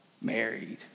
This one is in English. married